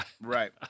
Right